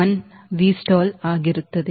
1 Vstall ಆಗಿರುತ್ತದೆ